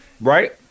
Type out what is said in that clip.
Right